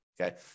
Okay